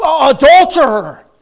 adulterer